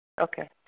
Okay